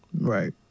Right